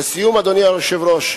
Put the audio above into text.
לסיום, אדוני היושב-ראש,